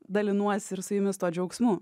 dalinuosi ir su jumis tuo džiaugsmu